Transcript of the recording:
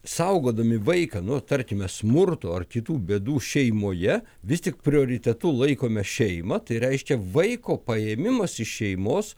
saugodami vaiką nuo tarkime smurto ar kitų bėdų šeimoje vis tik prioritetu laikome šeimą tai reiškia vaiko paėmimas iš šeimos